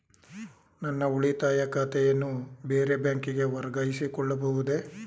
ನನ್ನ ಉಳಿತಾಯ ಖಾತೆಯನ್ನು ಬೇರೆ ಬ್ಯಾಂಕಿಗೆ ವರ್ಗಾಯಿಸಿಕೊಳ್ಳಬಹುದೇ?